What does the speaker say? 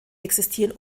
existieren